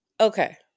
Okay